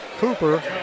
Cooper